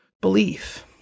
belief